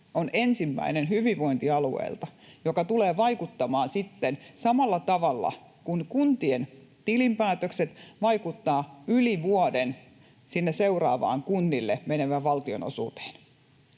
ensimmäinen, joka tulee vaikuttamaan samalla tavalla kuin kuntien tilinpäätökset vaikuttavat yli vuoden sinne seuraavaan kunnille menevään valtionosuuteen